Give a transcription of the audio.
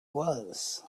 was